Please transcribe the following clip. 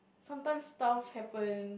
sometimes stuff happen